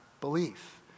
belief